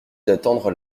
d’attendre